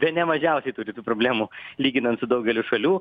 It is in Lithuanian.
bene mažiausiai turi tų problemų lyginant su daugeliu šalių